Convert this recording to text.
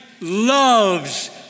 loves